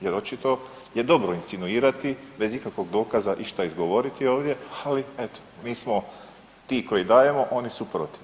Jer očito je dobro insinuirati bez ikakvog dokaza išta izgovoriti ovdje, ali eto mi smo ti koji dajemo oni su protiv.